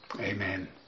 Amen